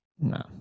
No